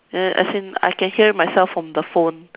then as in I can hear myself from the phone